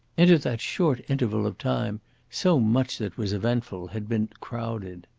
into that short interval of time so much that was eventful had been crowded.